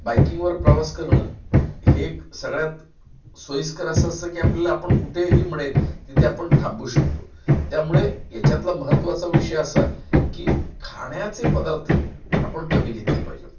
बाईकिंगवर प्रवास करणे हे एक सगळ्यात सोयीस्कर असे असते की आपल्याला आपण कुठेही मिळेल तिथे आपण थांबू शकतो त्यामुळे याच्यातला महत्वाचा विषय असा की खाण्याचे पदार्थ आपण कमी घेतले पाहिजेत